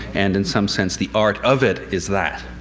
and in some sense the art of it is that.